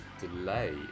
delay